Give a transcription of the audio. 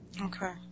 Okay